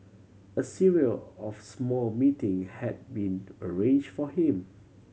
a serial of small meeting had been arrange for him